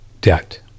debt